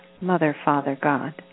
Mother-Father-God